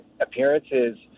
appearances